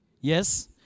Yes